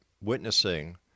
witnessing